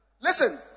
Listen